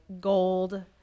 gold